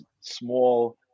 small